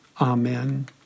Amen